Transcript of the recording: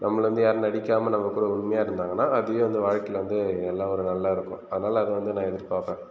நம்மளை வந்து யாரும் நடிக்காமல் நம்ம கூட உண்மையாக இருந்தாங்கனா அதுவே வந்து வாழ்க்கையில் வந்து எல்லா நல்லாருக்கும் அதனால வந்து நான் எதிர்பார்ப்பன்